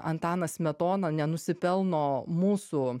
antanas smetona nenusipelno mūsų